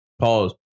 pause